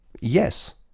yes